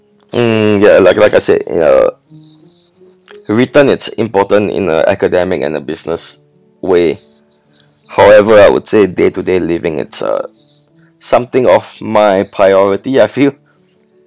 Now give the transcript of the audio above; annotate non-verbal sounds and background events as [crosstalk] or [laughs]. mm ya like like I said ya written it's important in uh academic and a business way however I would say day to today living it's uh something of my priority I feel [laughs]